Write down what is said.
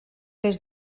des